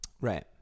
Right